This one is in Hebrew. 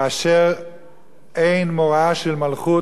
כאשר אין מוראה של מלכות,